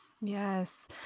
Yes